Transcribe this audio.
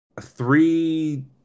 Three